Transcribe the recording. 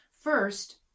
First